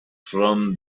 from